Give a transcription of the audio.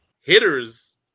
hitters